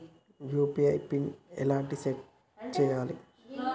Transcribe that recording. UPI PIN ఎట్లా set చేయాలే?